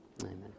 Amen